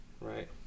Right